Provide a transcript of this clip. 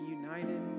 united